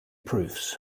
proofs